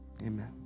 amen